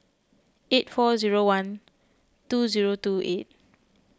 eight four zero one two zero two eight